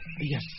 Yes